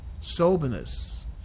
Soberness